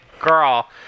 girl